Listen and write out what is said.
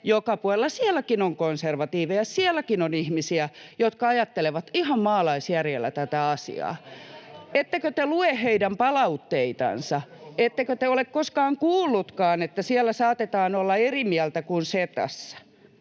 joka puolella, vaan sielläkin on konservatiiveja, sielläkin on ihmisiä, jotka ajattelevat ihan maalaisjärjellä tätä asiaa. Ettekö te lue heidän palautteitansa? Ettekö te ole koskaan kuulleetkaan, että siellä saatetaan olla eri mieltä kuin Setassa?